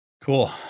cool